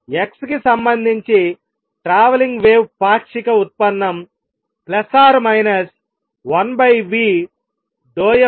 x కి సంబంధించి travelling wave పాక్షిక ఉత్పన్నం 1v∂f∂t